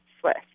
Swift